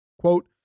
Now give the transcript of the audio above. Quote